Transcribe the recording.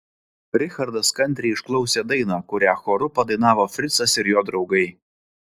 richardas kantriai išklausė dainą kurią choru padainavo fricas ir jo draugai